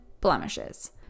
blemishes